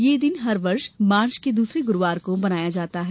ये दिन हर वर्ष मार्च के दूसरे गुरूवार को मनाया जाता है